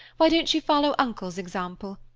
why don't you follow uncle's example?